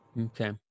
Okay